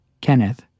Kenneth